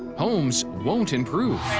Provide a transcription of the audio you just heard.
homes won't improve.